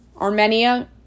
Armenia